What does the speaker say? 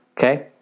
okay